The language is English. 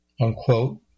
unquote